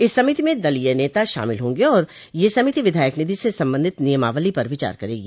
इस समिति में दलीय नेता शामिल होंगे और यह समिति विधायक निधि से संबंधित नियमावली पर विचार करेगी